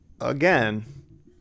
again